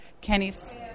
Kenny's